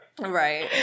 Right